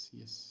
Yes